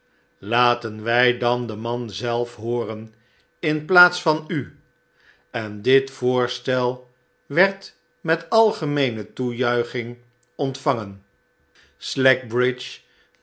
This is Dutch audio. laten wij dan den man zelf hooren in plaats van u en dit voorstel werd met algemeene toejuiching ontvangen